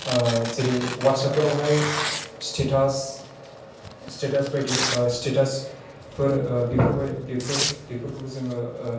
जेरै वाटसआफ फोरावहाय स्टेटास बायदि स्टेटास फोर बेफोर बायदि बेफोर बेफोरखौबो जोङो